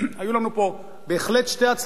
היו לנו פה בהחלט שתי הצלחות.